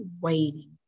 waiting